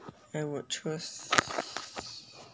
I would choose